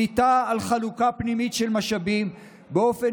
שליטה על חלוקה פנימית של משאבים באופן